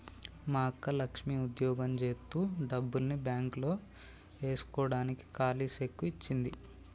మా అక్క లక్ష్మి ఉద్యోగం జేత్తు డబ్బుల్ని బాంక్ లో ఏస్కోడానికి కాలీ సెక్కు ఇచ్చింది